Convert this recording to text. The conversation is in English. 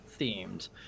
themed